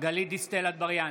גלית דיסטל אטבריאן,